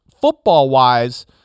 football-wise